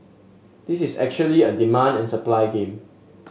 this is actually a demand and supply game